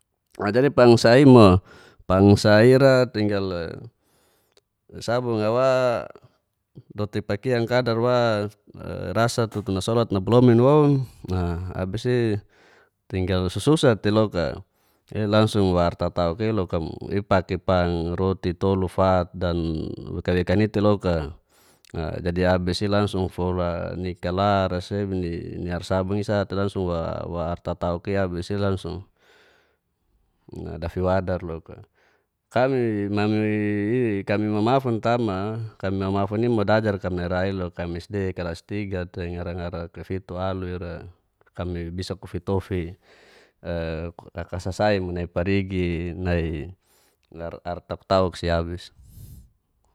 A jadi pang sa i mo pang sa ira tinggal e sabung a wa dotik pakiang kadar wa a rasa tutu nasolat nabolomin woun a abis i tinggal sususak teiloka i langsung wa ar ta tauk i loka mo i paki pang roti tolu fat dan wekan wekan i teloka a jadi abis i langsung fola ni kalar a sebi ni ar sabung i sa te langsung wa wa ar ta tauk iabis i langsung na dafiwadar loka kami mami i kami mamafun tama kami mamafun i mo dajar kami nai ra iloka kami sd kalas tiga te ngarak ngarak vitu alu ira kami bisa kufitofi e akasasai nai mu parigi nai ar ar tauk tauk siabis